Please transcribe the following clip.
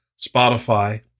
Spotify